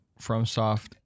FromSoft